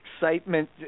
excitement